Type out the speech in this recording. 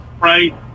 right